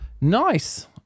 Nice